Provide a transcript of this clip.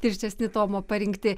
tirštesni tomo parinkti